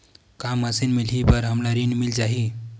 का मशीन मिलही बर हमला ऋण मिल जाही?